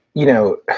you know,